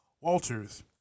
Walters